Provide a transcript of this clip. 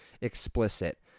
explicit